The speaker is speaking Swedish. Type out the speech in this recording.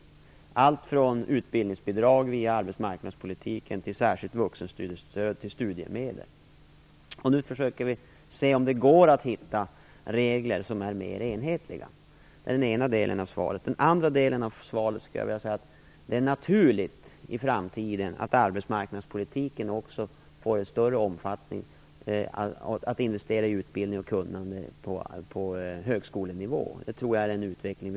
Det kan vara allt från utbildningsbidrag via arbetsmarknadspolitiken till särskilt vuxenstudiestöd och studiemedel. Nu försöker vi se om det går att hitta regler som är mer enhetliga. Det är den ena delen av svaret. När det gäller den andra delen av svaret skulle jag vilja säga att det är naturligt att arbetsmarknadspolitiken i framtiden också investerar i utbildning och kunnande på högskolenivå i större omfattning.